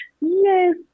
yes